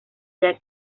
ella